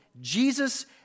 Jesus